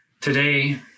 Today